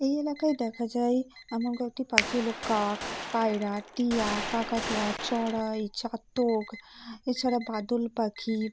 এই এলাকায় দেখা যায় এমন কয়েকটি পাখি হল কাক পায়রা টিয়া কাকাতুয়া চড়াই চাতক এছাড়া বাদল পাখি